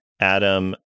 adam